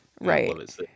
Right